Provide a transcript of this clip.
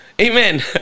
Amen